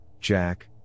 Jack